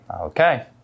Okay